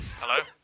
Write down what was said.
Hello